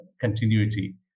continuity